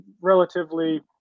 relatively